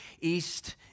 east